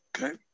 Okay